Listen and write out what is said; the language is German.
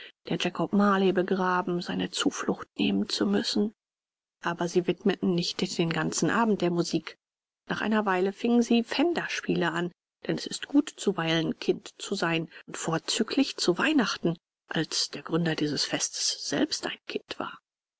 der jakob marley begraben seine zuflucht nehmen zu müssen aber sie widmeten nicht den ganzen abend der musik nach einer weile fingen sie pfänderspiele an denn es ist gut zuweilen kind zu sein und vorzüglich zu weihnachten als der gründer dieses festes selbst ein kind war